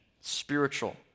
spiritual